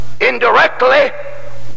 Indirectly